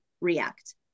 react